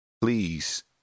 Please